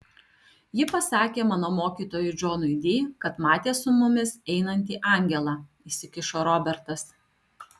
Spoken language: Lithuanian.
ji pasakė mano mokytojui džonui di kad matė su mumis einantį angelą įsikišo robertas